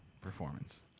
performance